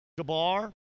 Gabar